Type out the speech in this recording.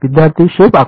विद्यार्थी शेप आकार